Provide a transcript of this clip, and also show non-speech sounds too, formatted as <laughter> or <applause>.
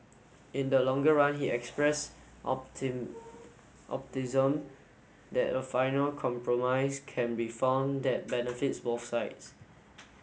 in the longer run he expressed <unintelligible> that a final compromise can be found that benefits both sides